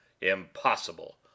Impossible